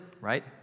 right